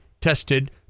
tested